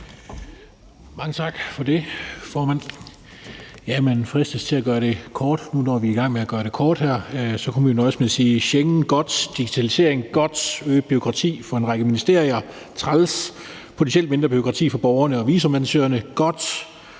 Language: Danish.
(LA): Tak for det, formand. Man fristes til at gøre det kort. Når nu vi er i gang med at gøre det kort her, kunne man nøjes med at sige: Schengen er godt, digitalisering er godt, øget bureaukrati for en række ministerier er træls, potentielt mindre bureaukrati for borgerne og visumansøgerne er godt,